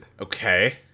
Okay